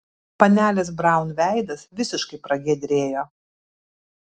panelės braun veidas visiškai pragiedrėjo